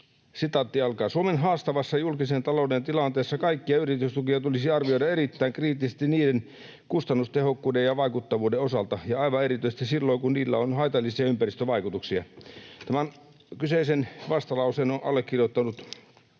puhemies: ”Suomen haastavassa julkisen talouden tilanteessa kaikkia yritystukia tulisi arvioida erittäin kriittisesti niiden kustannustehokkuuden ja vaikuttavuuden osalta, ja aivan erityisesti silloin, kun niillä on haitallisia ympäristövaikutuksia.” Tämän kyseisen vastalauseen on allekirjoittanut